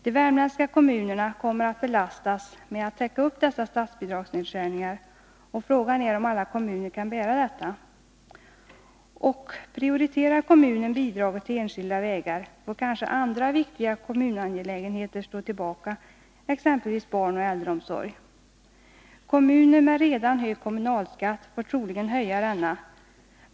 De värmländska kommunerna kommer att belastas med att täcka upp dessa statsbidragsnedskärningar, och frågan är om alla kommuner kan bära detta. Om kommunen prioriterar bidraget till enskilda vägar, får kanske andra viktiga kommunangelägenheter stå tillbaka, exempelvis barnoch äldreomsorg. Kommuner med redan hög kommunalskatt får troligen höja denna.